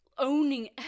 Owning